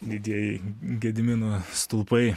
didieji gedimino stulpai